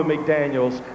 McDaniels